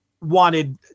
wanted